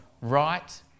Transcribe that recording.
right